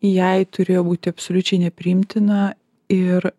jai turėjo būti absoliučiai nepriimtina ir